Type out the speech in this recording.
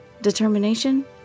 Determination